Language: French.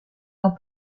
dans